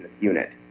unit